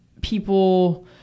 people